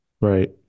Right